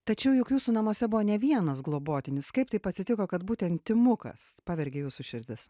tačiau juk jūsų namuose buvo ne vienas globotinis kaip taip atsitiko kad būtent timukas pavergė jūsų širdis